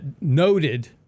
noted